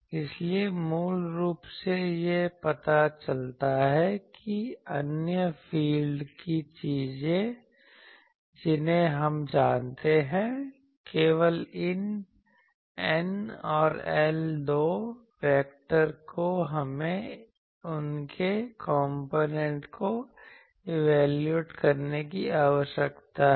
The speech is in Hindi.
इसलिए मूल रूप से यह पता चलता है कि अन्य फील्ड की चीजें जिन्हें हम जानते हैं केवल इन N और L दो वैक्टर को हमें उनके कॉम्पोनेंट को इवेलयूएट करने की आवश्यकता है